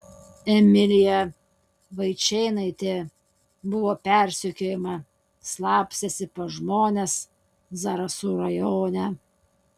emilija vaičėnaitė buvo persekiojama slapstėsi pas žmones zarasų rajone